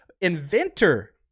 inventor